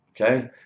okay